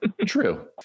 True